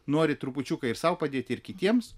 nori trupučiuką ir sau padėti ir kitiems